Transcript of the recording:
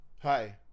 Hi